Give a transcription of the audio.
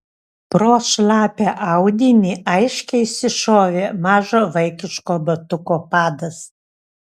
pro šlapią audinį aiškiai išsišovė mažo vaikiško batuko padas